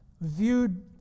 viewed